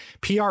PR